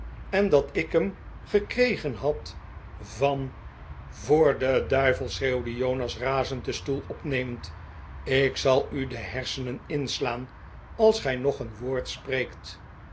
en dat ik hem gekregen had van voor den duivel schreeuwde jonas razend den stoel opnemend ik zal u de hersenen inslaan als gij nog een woord spreekt